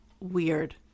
Weird